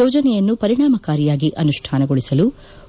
ಯೋಜನೆಯನ್ನು ಪರಿಣಾಮಕಾರಿಯಾಗಿ ಅನುಷ್ಠಾನಗೊಳಿಸಲು